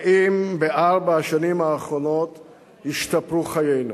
האם בארבע השנים האחרונות השתפרו חיינו?